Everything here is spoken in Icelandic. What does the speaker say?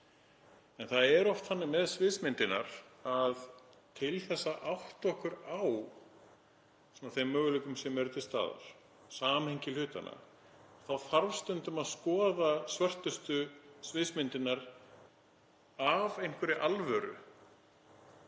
En það er oft þannig með sviðsmyndirnar að til að átta okkur á þeim möguleikum sem eru til staðar, samhengi hlutanna, þarf stundum að skoða svörtustu sviðsmyndirnar af einhverri alvöru.